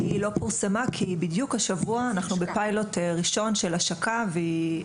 מיכל, העוזרת של קמל"ר.